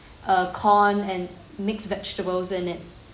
uh corn and mixed vegetables in it